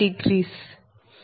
5